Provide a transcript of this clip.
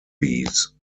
bees